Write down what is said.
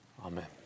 Amen